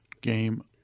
game